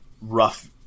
rough